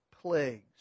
plagues